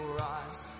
rise